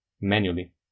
manually